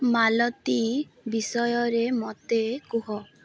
ମାଳତି ବିଷୟରେ ମୋତେ କୁହ